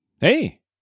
Hey